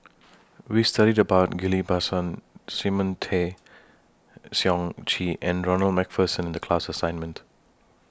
We studied about Ghillie BaSan Simon Tay Seong Chee and Ronald MacPherson in The class assignment